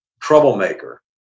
troublemaker